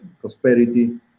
prosperity